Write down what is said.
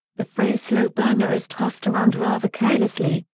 the phrase slow-burner is tossed around rather carelessly,